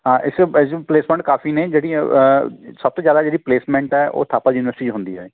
ਹਾਂ ਇਸ ਪਲੇਸਮੈਂਟ ਕਾਫੀ ਨੇ ਜਿਹੜੀਆਂ ਸਭ ਤੋਂ ਜ਼ਿਆਦਾ ਜਿਹੜੀ ਪਲੇਸਮੈਂਟ ਹੈ ਉਹ ਥਾਪਰ ਯੂਨੀਵਰਸਿਟੀ 'ਚ ਹੁੰਦੀ ਹੈ